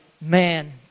man